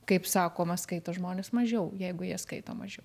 kaip sakoma skaito žmonės mažiau jeigu jie skaito mažiau